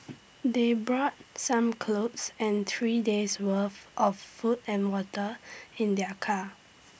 they brought some clothes and three days' worth of food and water in their car